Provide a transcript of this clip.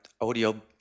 audio